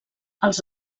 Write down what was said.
als